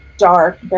Dark